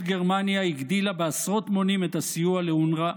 גרמניה הגדילה בעשרות מונים את הסיוע לאונר"א,